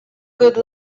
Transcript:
good